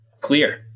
clear